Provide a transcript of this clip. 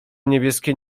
niebieskie